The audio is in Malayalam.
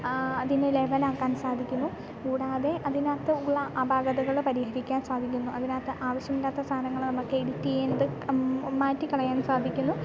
അതിനെ ലെവലാക്കാൻ സാധിക്കുന്നു കൂടാതെ അതിനകത്തുള്ള അപാകതകൾ പരിഹരിക്കാൻ സാധിക്കുന്നു അതിനകത്ത് ആവശ്യമില്ലാത്ത സാധനങ്ങൾ നമുക്ക് എഡിറ്റ് ചെയ്യുന്നത് മാറ്റി കളയാനും സാധിക്കുന്നു